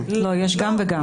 לא, יש גם וגם.